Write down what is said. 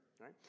right